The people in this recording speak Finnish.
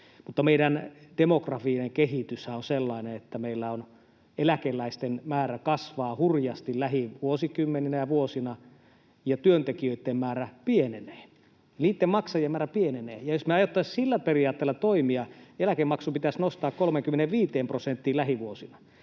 meidän demografinen kehityshän on sellainen, että meillä eläkeläisten määrä kasvaa hurjasti lähivuosikymmeninä ja -vuosina ja työntekijöiden määrä pienenee, niitten maksajien määrä pienenee, ja jos me aiottaisiin sillä periaatteella toimia, eläkemaksu pitäisi nostaa 35 prosenttiin lähivuosina.